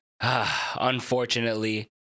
Unfortunately